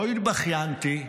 לא התבכיינתי,